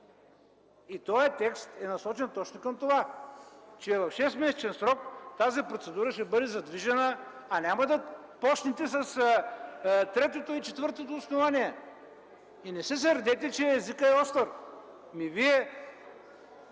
Този текст е насочен точно към това, че в 6-месечен срок тази процедура ще бъде задвижена, а няма да започнете с третото и четвъртото основание. Не се сърдете, че езикът е остър. Вие